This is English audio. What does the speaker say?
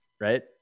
right